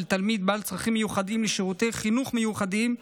תלמיד בעל צרכים מיוחדים לשירותי חינוך מיוחדים,